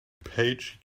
page